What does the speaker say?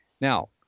Now